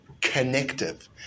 connective